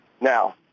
Now